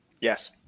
Yes